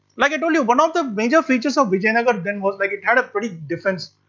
like i told you one of the major features of vijayanagara then was like it had a pretty defence.